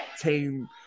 team